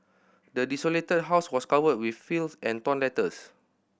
the desolated house was covered with filth and torn letters